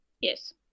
Yes